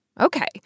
Okay